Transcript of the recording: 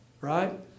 right